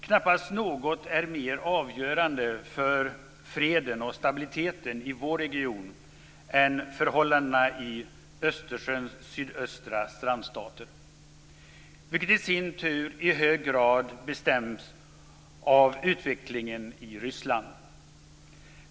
Knappast något är mer avgörande för freden och stabiliteten i vår region än förhållandena i Östersjöns sydöstra strandstater. Detta bestäms i sin tur i hög grad av utvecklingen i Ryssland.